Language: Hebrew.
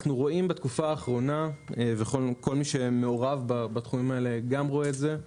אנחנו רואים בתקופה האחרונה וכל מי שמעורב בתחומים האלה גם רואה את זה,